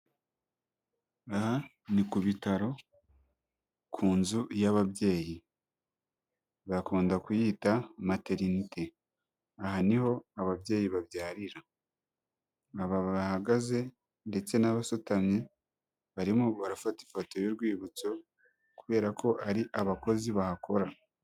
Aha ni ku bitaro, ku nzu y'ababyeyi, bakunda kuyita materiniti, aha ni ho ababyeyi babyarira, aba bahahagaze ndetse n'abasutamye barimo barafata ifoto y'urwibutso kubera ko ari abakozi bahakora.